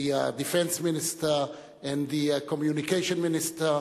the Defense Minister and the Communication Minister.